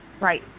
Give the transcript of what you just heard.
right